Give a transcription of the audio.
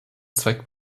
zweck